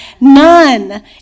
None